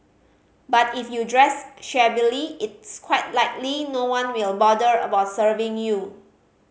but if you dress shabbily it's quite likely no one will bother about serving you